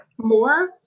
more